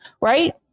right